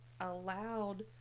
allowed